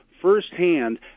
firsthand